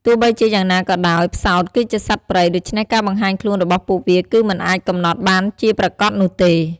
ទោះបីជាយ៉ាងណាក៏ដោយ ផ្សោតគឺជាសត្វព្រៃ ដូច្នេះការបង្ហាញខ្លួនរបស់ពួកវាគឺមិនអាចកំណត់បានជាប្រាកដនោះទេ ។